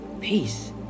peace